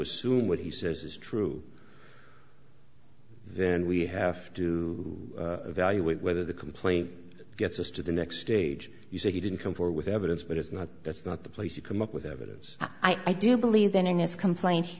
assume what he says is true then we have to evaluate whether the complaint gets us to the next stage you say he didn't come forward with evidence but it's not that's not the place you come up with evidence i do believe then in his complaint